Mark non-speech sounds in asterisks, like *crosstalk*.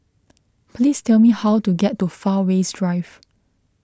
*noise* please tell me how to get to Fairways Drive